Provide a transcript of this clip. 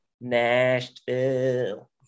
nashville